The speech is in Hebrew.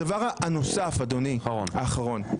הדבר הנוסף, האחרון.